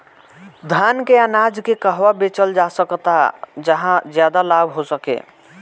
धान के अनाज के कहवा बेचल जा सकता जहाँ ज्यादा लाभ हो सके?